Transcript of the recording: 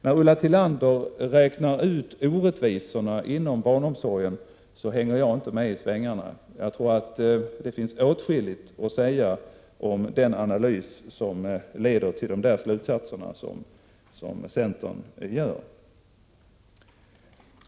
När Ulla Tillander räknar ut orättvisorna inom barnomsorgen hänger jag inte med i svängarna. Jag tror att det finns åtskilligt att säga om den analys som leder till de slutsatser som centern gör.